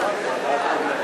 נגד?